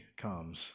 comes